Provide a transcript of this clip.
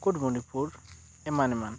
ᱠᱩᱴᱢᱩᱱᱤᱯᱩᱨ ᱮᱢᱟᱱ ᱮᱢᱟᱱ